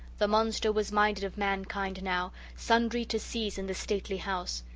the monster was minded of mankind now sundry to seize in the stately house.